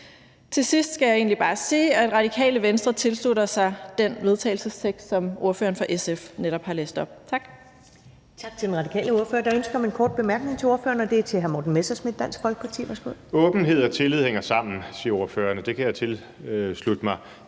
Til sidst skal jeg egentlig bare sige, at Radikale Venstre tilslutter sig den vedtagelsestekst, som ordføreren for SF netop har læst op. Tak.